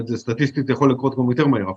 סטטיסטית זה יכול לקרות מהר יותר אפילו.